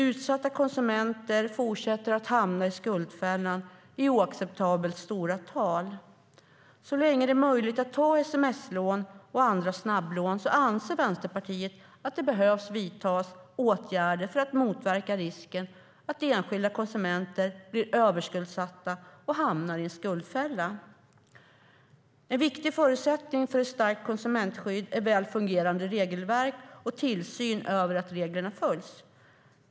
Utsatta konsumenter fortsätter att hamna i skuldfällan i oacceptabelt höga tal. Så länge det är möjligt att ta sms-lån och andra snabblån anser Vänsterpartiet att det behöver vidtas åtgärder för att motverka risken att enskilda konsumenter blir överskuldsatta och hamnar i en skuldfälla. En viktig förutsättning för ett starkt konsumentskydd är väl fungerande regelverk och tillsyn över att reglerna följs.